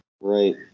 Right